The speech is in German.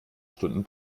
stunden